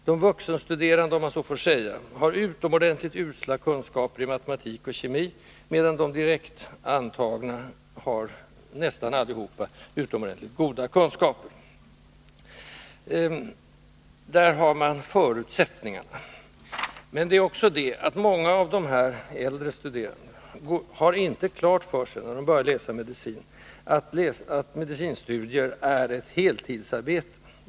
De vuxenstuderande, om jag så får säga, har utomordentligt usla kunskaper i matematik och kemi, medan de direktintagna nästan alla har utomordentligt goda kunskaper. Där har man i ett nötskal studieförutsättningarna. Många av de äldre studerande har inte klart för sig, när de börjar läsa medicin, att medicinstudier är ett heltidsarbete.